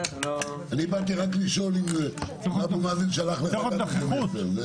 אני באתי רק לשאול אם אבו מאזן שלח לך גם איזה מסר.